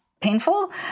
painful